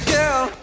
Girl